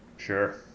sure